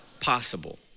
Possible